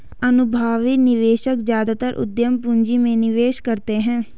अनुभवी निवेशक ज्यादातर उद्यम पूंजी में निवेश करते हैं